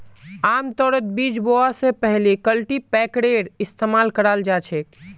आमतौरत बीज बोवा स पहले कल्टीपैकरेर इस्तमाल कराल जा छेक